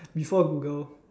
before Google